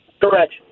Correct